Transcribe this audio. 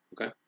Okay